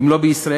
אם לא בישראל,